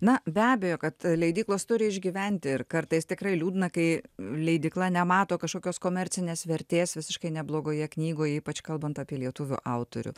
na be abejo kad e leidyklos turi išgyventi ir kartais tikrai liūdna kai leidykla nemato kažkokios komercinės vertės visiškai neblogoje knygoj ypač kalbant apie lietuvių autorių